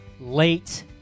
late